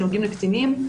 שנוגעים לקטינים,